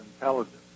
intelligence